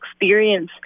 experience